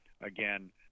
again